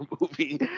movie